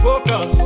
Focus